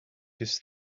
his